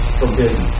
forbidden